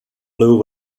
blue